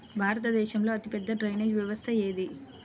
భారతదేశంలో అతిపెద్ద డ్రైనేజీ వ్యవస్థ ఏది?